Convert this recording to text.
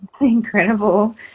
incredible